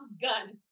gun